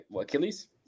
Achilles